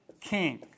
king